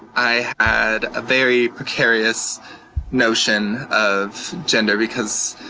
i had a very precarious notion of gender because